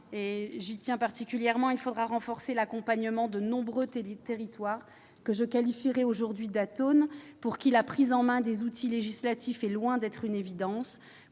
j'y tiens particulièrement, il faudra renforcer l'accompagnement de nombreux territoires que je qualifierais d'atones et pour qui la prise en main des outils législatifs est loin d'être une évidence.